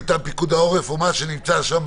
מטעם פיקוד העורף או מה שנמצא שם,